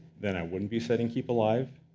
then i wouldn't be setting keepalive.